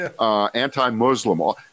anti-Muslim